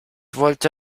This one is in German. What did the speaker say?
wollte